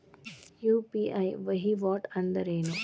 UPI ವಹಿವಾಟ್ ಅಂದ್ರೇನು?